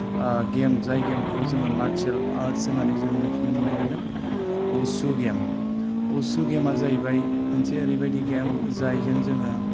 game जाय गेमखौ जोङो मार्शियेल आर्ट्स होननानै जोङो मिथिनो मोननाय जादों असु गेम असु गेमा जाहैबाय मोनसे ओरैबायदि गेम जायजों जोङो